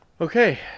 Okay